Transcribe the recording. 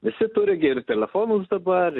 visi turi gi ir telefonus dabar